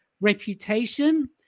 reputation